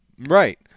Right